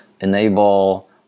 enable